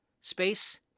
Space